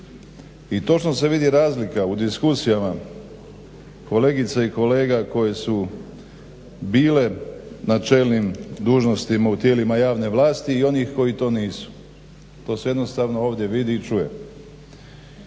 i točno se vidi razliku u diskusijama kolegica i kolega koje su bile na čelnim dužnostima u tijelima javne vlasti i onih koji to nisu. To se jednostavno ovdje vidi i čuje.